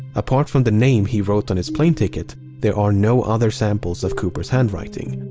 apart from the name he wrote on his plane ticket, there are no other samples of cooper's handwriting.